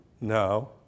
No